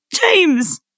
James